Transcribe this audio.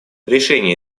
решение